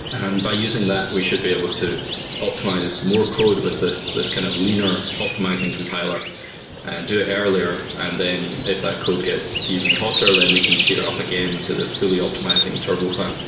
and by using that, we should be able to optimize more code with this this kind of leaner optimizing compiler and do it earlier, and then if that code gets even hotter, then we can titter up again to the fully-optimizing turbofan.